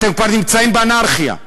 אתם כבר נמצאים באנרכיה.